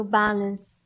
balance